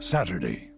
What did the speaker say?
Saturday